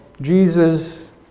Jesus